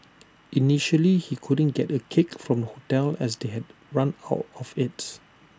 initially he couldn't get A cake from hotel as they had run out of IT